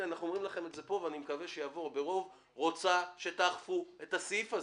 הכנסת רוצה שתאכפו את הסעיף הזה,